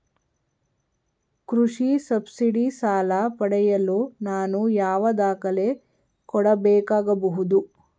ಕೃಷಿ ಸಬ್ಸಿಡಿ ಸಾಲ ಪಡೆಯಲು ನಾನು ಯಾವ ದಾಖಲೆ ಕೊಡಬೇಕಾಗಬಹುದು?